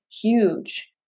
huge